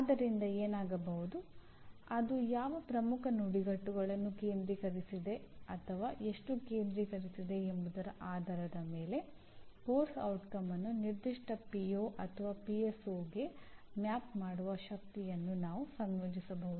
ಆದ್ದರಿಂದ ಏನಾಗಬಹುದು ಅದು ಯಾವ ಪ್ರಮುಖ ನುಡಿಗಟ್ಟುಗಳನ್ನು ಕೇಂದ್ರೀಕರಿಸಿದೆ ಅಥವಾ ಎಷ್ಟು ಕೇಂದ್ರೀಕರಿಸಿದೆ ಎಂಬುದರ ಆಧಾರದ ಮೇಲೆ ಪಠ್ಯಕ್ರಮದ ಪರಿಣಾಮವನ್ನು ನಿರ್ದಿಷ್ಟ ಪಿಒ ನಾವು ಕಾಣಬಹುದು